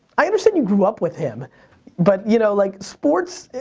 i understand you grew up with him but you know like sports,